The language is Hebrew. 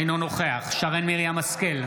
אינו נוכח שרן מרים השכל,